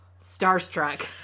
starstruck